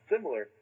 Similar